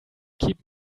keep